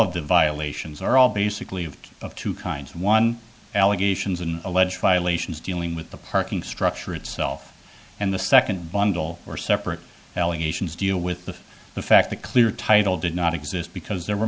of the violations are all basically of of two kinds one allegations and alleged violations dealing with the parking structure itself and the second bundle or separate allegations deal with the fact that clear title did not exist because there were